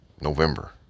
November